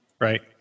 right